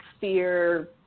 fear